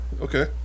Okay